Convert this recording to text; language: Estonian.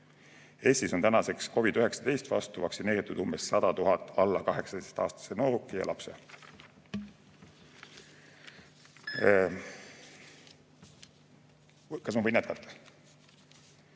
Eestis on tänaseks COVID-19 vastu vaktsineeritud umbes 100 000 alla 18‑aastast noorukit ja last. Kas ma võin jätkata?